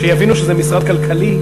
כשיבינו שזה משרד כלכלי,